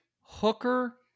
Hooker